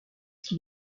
qu’il